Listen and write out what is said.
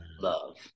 Love